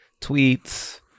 Tweets